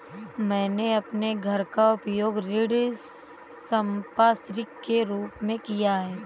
मैंने अपने घर का उपयोग ऋण संपार्श्विक के रूप में किया है